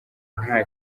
nta